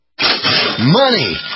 Money